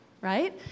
right